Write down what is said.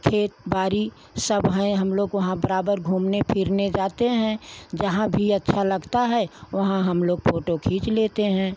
खेती बाड़ी सब हैं हम लोग वहाँ बराबर घूमने फिरने जाते हैं जहाँ भी अच्छा लगता है वहाँ हम लोग फ़ोटो खींच लेते हैं